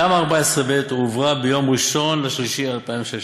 תמ"א 14ב הועברה ביום 1 במרס 2016,